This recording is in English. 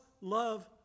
love